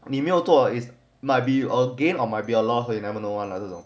你没有做 is might be or gain or might be a lost lah you never know lah 了这种